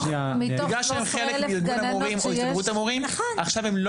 בגלל שהם חלק מארגון המורים או הסתדרות המורים עכשיו הם לא